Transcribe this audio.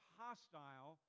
hostile